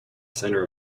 centre